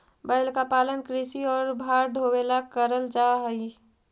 बैल का पालन कृषि और भार ढोवे ला करल जा ही